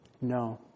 No